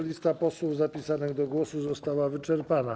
Lista posłów zapisanych do głosu została wyczerpana.